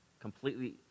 completely